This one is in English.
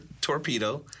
Torpedo